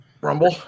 Rumble